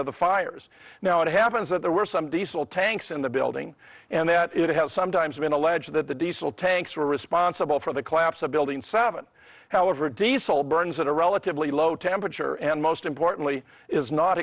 of the fires now it happens that there were some diesel tanks in the building and that it has sometimes been alleged that the diesel tanks were responsible for the collapse of building seven however diesel burns at a relatively low temperature and most importantly is not